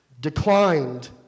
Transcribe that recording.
declined